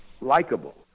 likable